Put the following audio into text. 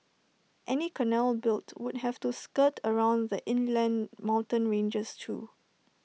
any canal built would have to skirt around the inland mountain ranges too